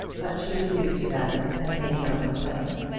but she was used to them and made no complaint.